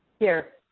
here.